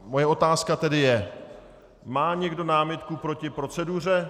Moje otázka tedy je: Má někdo námitku proti proceduře?